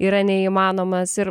yra neįmanomas ir